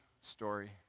story